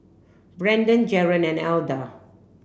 Brendon Jaron and Alda